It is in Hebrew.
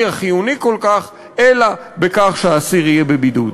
החיוני כל כך אלא בכך שהאסיר יהיה בבידוד.